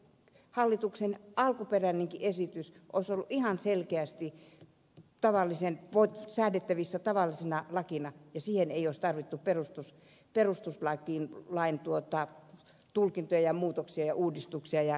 hallituksen alkuperäinenkin esitys olisi ollut ihan selkeästi säädettävissä tavallisena lakina ja siihen ei olisi tarvittu perustuslain tulkintoja ja muutoksia ja uudistuksia ja kikkailua